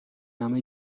نام